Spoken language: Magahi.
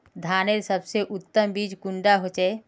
धानेर सबसे उत्तम बीज कुंडा होचए?